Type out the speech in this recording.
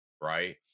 right